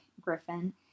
Griffin